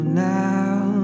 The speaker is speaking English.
now